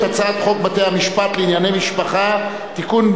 הצעת חוק בית-המשפט לענייני משפחה (תיקון,